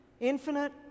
Infinite